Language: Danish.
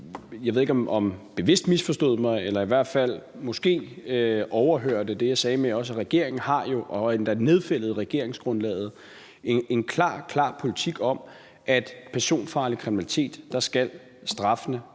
Jeg ved ikke, om spørgeren bevidst misforstod mig eller i hvert fald måske overhørte det, jeg også sagde, om, at regeringen jo helt generelt – og endda nedfældet i regeringsgrundlaget – har en klar, klar politik om, at ved personfarlig kriminalitet skal straffene